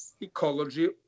ecology